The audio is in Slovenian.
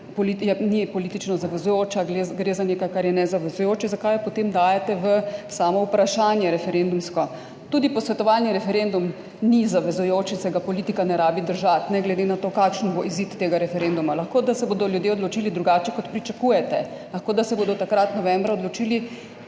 ni politično zavezujoča, gre za nekaj, kar je nezavezujoče. Zakaj jo potem dajete v samo referendumsko vprašanje. Tudi posvetovalni referendum ni zavezujoč in se ga politiki ni treba držati, ne glede na to, kakšen bo izid tega referenduma. Lahko da se bodo ljudje odločili drugače, kot pričakujete. Lahko, da se bodo takrat, novembra, odločili